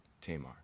Tamar